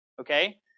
okay